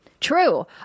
true